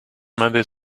mendes